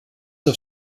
auf